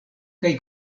kaj